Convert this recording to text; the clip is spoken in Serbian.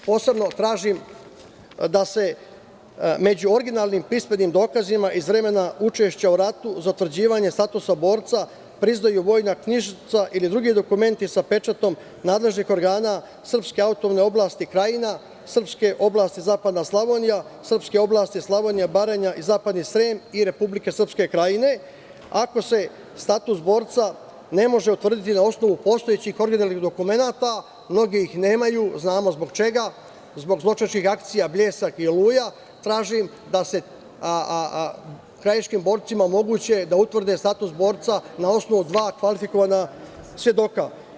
Posebno tražim da se među originalnim pismenim dokazima iz vremena učešća u ratu za utvrđivanje statusa borca priznaju vojna knjižica ili drugi dokumenti sa pečatom nadležnih organa srpske autonomne oblasti Krajina, srpske oblasti Zapadna Slavonija, srpske oblasti Slavonija-Baranja i Zapadni Srem i Republike Srpske Krajine, ako se status borca ne može utvrditi na osnovu postojećih originalnih dokumenata, mnogi ih nemaju, znamo zbog čega, zbog zločinačkih akcija „Bljesak“ i „Oluja“, tražim da se krajiškim borcima omogući da utvrde status borca na osnovu dva kvalifikovana svedoka.